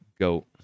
go